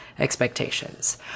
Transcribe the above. expectations